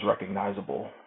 recognizable